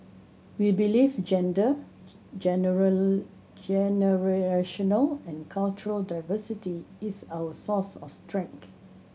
we believe gender generational and cultural diversity is our source of strength